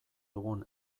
dugun